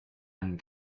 and